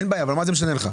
אין בעיה אבל מה זה משנה לך?